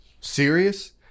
Serious